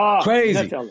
Crazy